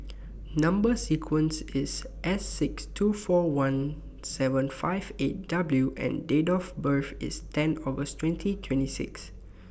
Number sequence IS S six two four one seven five eight W and Date of birth IS ten August twenty twenty six